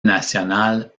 nationale